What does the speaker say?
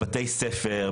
בבתי ספר,